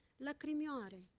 lacrimioare,